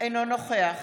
אינו נוכח